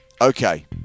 Okay